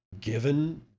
given